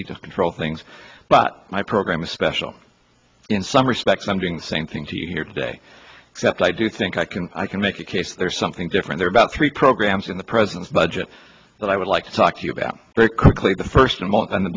need to control things but my program is special in some respects i'm doing the same thing to you here today except i do think i can i can make a case there's something different about three programs in the president's budget that i would like to talk to you about very quickly the first a